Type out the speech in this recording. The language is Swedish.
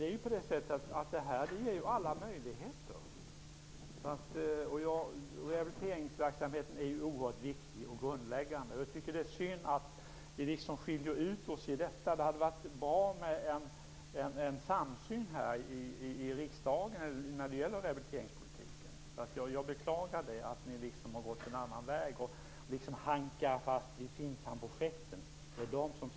Fru talman! Detta ger ju alla möjligheter. Rehabiliteringsverksamheten är oerhört viktig och grundläggande. Jag tycker att det är synd att vi skiljer ut oss här. Det hade varit bra med en samsyn i riksdagen när det gäller rehabiliteringspolitiken. Jag beklagar att ni har gått en annan väg och hankat er fast vid FINSAM projekten.